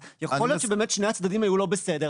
אז יכול להיות שבאמת שני הצדדים היו לא בסדר,